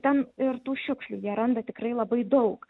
ten ir tų šiukšlių jie randa tikrai labai daug